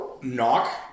knock